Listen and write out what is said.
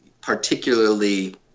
particularly